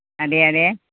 അതെ അതെ